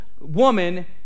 woman